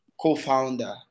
co-founder